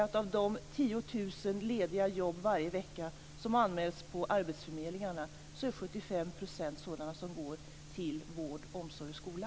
Av de 10 000 lediga jobb som varje vecka anmäls till arbetsförmedlingarna är 75 % av dessa jobb inom vård, omsorg och skola.